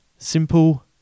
Simple